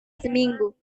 seminggu